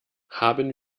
haben